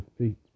defeat